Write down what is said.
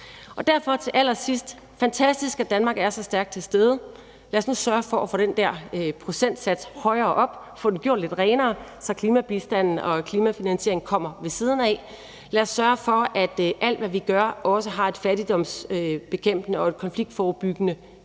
at det er fantastisk, at Danmark er så stærkt til stede. Lad os nu sørge for at få den der procentsats højere op og få den gjort lidt renere, så klimabistanden og klimafinansieringen kommer ved siden af. Lad os sørge for, at alt, hvad vi gør, også har et fattigdomsbekæmpende og konfliktforebyggende aspekt,